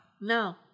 No